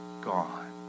gone